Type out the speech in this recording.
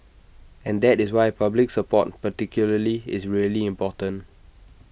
and that is why public support particularly is really important